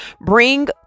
Bring